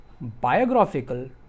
biographical